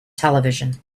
television